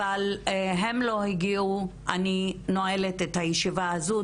אבל הם לא הגיעו, אני נועלת את הישיבה הזו.